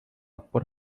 por